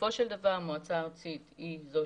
ובסופו של דבר המועצה הארצית היא זו